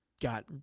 Got